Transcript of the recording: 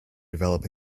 develop